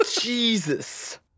Jesus